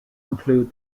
include